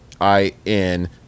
I-N